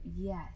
yes